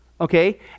okay